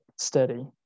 steady